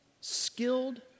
skilled